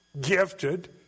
gifted